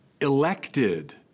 elected